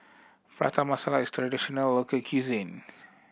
Prata Masala is a traditional local cuisine